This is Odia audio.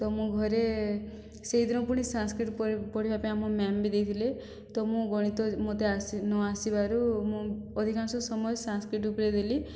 ତ ମୁଁ ଘରେ ସେଇ ଦିନ ପୁଣି ସାଂସ୍କ୍ରିତ ପଢ଼ିବା ପାଇଁ ଆମ ମ୍ୟାମ ବି ଦେଇଥିଲେ ତ ମୁଁ ଗଣିତ ମୋତେ ନ ଆସିବାରୁ ମୁଁ ଅଧିକାଂଶ ସମୟ ସାଂସ୍କ୍ରିତ ଉପରେ ଦେଲି